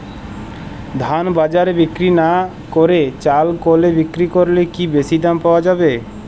ধান বাজারে বিক্রি না করে চাল কলে বিক্রি করলে কি বেশী দাম পাওয়া যাবে?